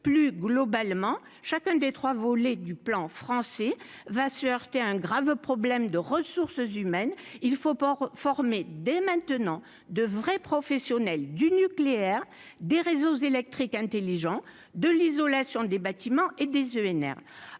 plus globalement, chacune des 3 volets du plan français, va se heurter un grave problème de ressources humaines il faut pas former dès maintenant de vrais professionnels du nucléaire, des réseaux électriques intelligents de l'isolation des bâtiments et des ENR,